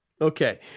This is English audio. Okay